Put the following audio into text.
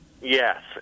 Yes